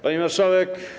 Pani Marszałek!